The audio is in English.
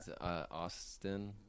Austin